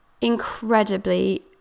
incredibly